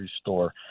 store